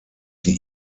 sie